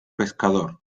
pescador